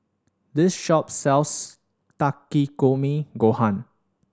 this shop sells Takikomi Gohan